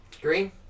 Green